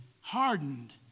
hardened